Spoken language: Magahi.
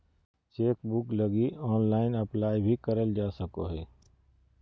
चेकबुक लगी ऑनलाइन अप्लाई भी करल जा सको हइ